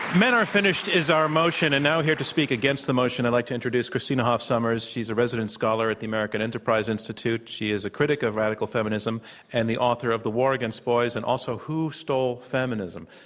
men are finished is our motion and now here to speak against the motion i'd like to introduce christina hoff sommers. she's a resident scholar at the american enterprise institute. she is a critic of radical feminism and the author of the war against boys and also who stole feminism?